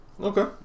okay